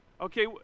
okay